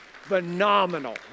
phenomenal